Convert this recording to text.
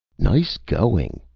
nice going!